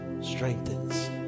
strengthens